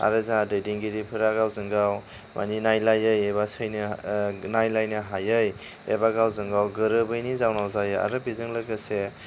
आरो जोंहा दैदेनगिरिफोरा गावजों गाव माने नायलायै एबा सैनो नायलायनो हायै एबा गावजों गाव गोरोबैनि जाउनाव जायो आरो बेजों लोगोसे